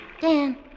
Dan